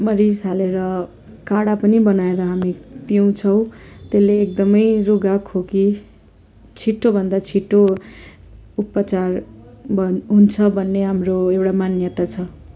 मरिच हालेर काडा पनि बनाएर हामी पिउँछौँ त्यसले एकदमै रुघा खोकी छिटोभन्दा छिटो उपचार भन् हुन्छ भन्ने हाम्रो एउटा मान्यता छ